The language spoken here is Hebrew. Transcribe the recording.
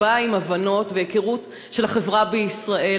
שבא עם הבנות והיכרות של החברה בישראל,